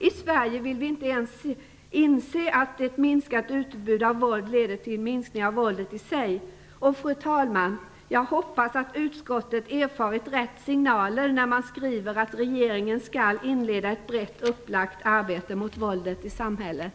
I Sverige vill vi inte ens inse att ett minskat utbud av våld leder till minskning av våldet i sig. Fru talman! Jag hoppas att utskottet fått rätta signaler när det skriver att regeringen skall inleda ett brett upplagt arbete mot våldet i samhället.